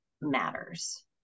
matters